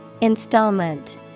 Installment